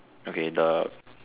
okay the